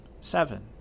Seven